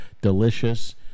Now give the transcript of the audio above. delicious